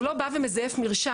הוא לא בא ומזייף מרשם.